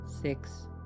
six